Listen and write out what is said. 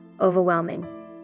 overwhelming